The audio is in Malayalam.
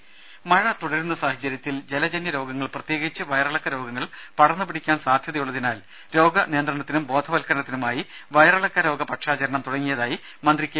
രേര മഴ തുടരുന്ന സാഹചര്യത്തിൽ ജലജന്യ രോഗങ്ങൾ പ്രത്യേകിച്ച് വയറിളക്ക രോഗങ്ങൾ പടർന്നുപിടിക്കാൻ സാധ്യതയുള്ളതിനാൽ രോഗ നിയന്ത്രണത്തിനും ബോധവൽക്കരണത്തിനുമായി വയറിളക്ക രോഗ പക്ഷാചരണം തുടങ്ങിയ മന്ത്രി കെ